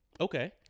Okay